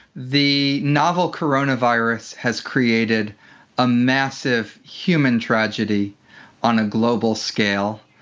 the novel coronavirus has created a massive human tragedy on a global scale.